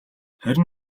харин